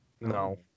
No